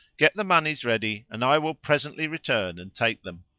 get the monies ready and i will presently return and take them.